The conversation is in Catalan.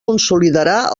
consolidarà